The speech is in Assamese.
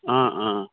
অঁ অঁ